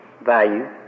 value